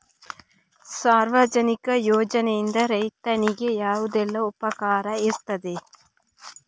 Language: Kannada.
ಸಾರ್ವಜನಿಕ ಯೋಜನೆಯಿಂದ ರೈತನಿಗೆ ಯಾವುದೆಲ್ಲ ಉಪಕಾರ ಇರ್ತದೆ?